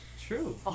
True